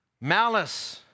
malice